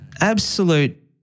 absolute